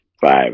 five